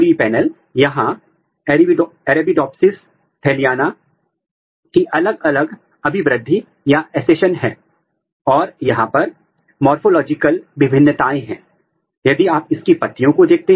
किस के दो तरीके हैं पहला है कि आप पी सी आर आधारित प्रोब को संश्लेषित कर सकते हैं अथवा आप एक जीन विशेष फ्रेगमेंट को एक वेक्टर के अंदर क्लोन कर सकते हैं